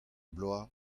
bloaz